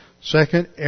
Second